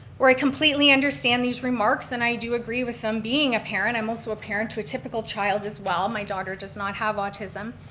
where i completely understand these remarks, and i do agree with them being a parent, and i'm also a parent to a typical child as well, my daughter does not have autism.